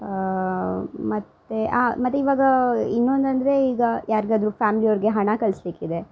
ಮತ್ತು ಮತ್ತು ಇವಾಗ ಇನ್ನೊಂದಂದರೆ ಈಗ ಯಾರಿಗಾದ್ರು ಫ್ಯಾಮ್ಲಿಯವರಿಗೆ ಹಣ ಕಳಿಸಬೇಕಿದೆ